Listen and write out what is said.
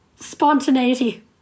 spontaneity